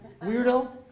Weirdo